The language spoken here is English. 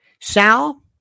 Sal